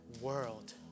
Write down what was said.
world